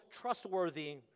trustworthy